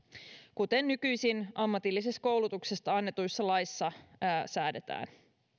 kuten nykyisin ammatillisesta koulutuksesta annetussa laissa säädetään